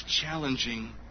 challenging